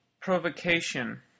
Provocation